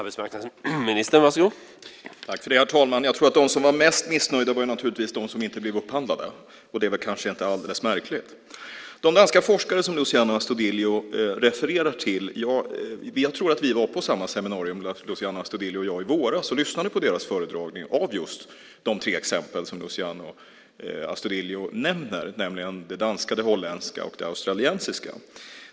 Herr talman! Jag tror att de som var mest missnöjda var de som inte blev upphandlade. Det är väl kanske inte alldeles märkligt. Luciano Astudillo refererar till de danska forskarna. Jag tror att vi var på samma seminarium, Luciano Astudillo och jag, i våras och lyssnade på deras föredragning av just de tre exempel som Luciano Astudillo nämner, nämligen det danska, det holländska och det australiensiska.